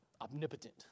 Omnipotent